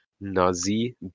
Nazi